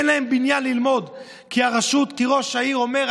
אין להם בניין ללמוד כי ראש העיר אומר: